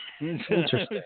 Interesting